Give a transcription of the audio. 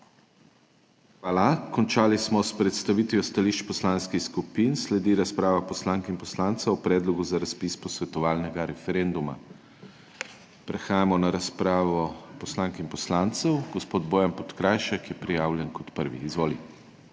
Hvala. Končali smo s predstavitvijo stališč poslanskih skupin. Sledi razprava poslank in poslancev o predlogu za razpis posvetovalnega referenduma. Prehajamo na razpravo poslank in poslancev. Gospod Bojan Podkrajšek je prijavljen kot prvi. Izvoli.